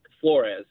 Flores